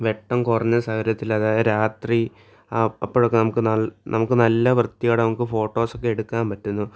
വെട്ടം കൊറഞ്ഞ സാഹര്യത്തിൽ അതായത് രാത്രി അപ്പോഴൊക്കെ നമുക്ക് നമുക്ക് നല്ല വൃത്തിയോടെ നമുക്ക് ഫോട്ടോസൊക്കെ എടുക്കാൻ പറ്റുന്നു